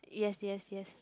yes yes yes